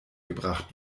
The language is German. gebracht